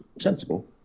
sensible